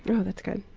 but oh, that's good.